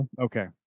Okay